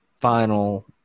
final